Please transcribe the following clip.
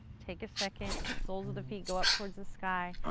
take a second, soles of the feet go up towards the sky,